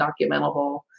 documentable